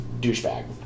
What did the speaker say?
douchebag